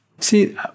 See